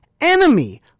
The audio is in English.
Enemy